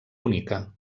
bonica